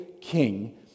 king